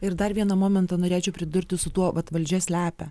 ir dar vieną momentą norėčiau pridurti su tuo vat valdžia slepia